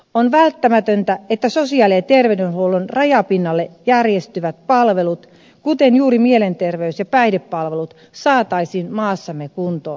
on välttämätöntä että sosiaali ja terveydenhuollon rajapinnalle järjestyvät palvelut kuten juuri mielenterveys ja päihdepalvelut saataisiin maassamme kuntoon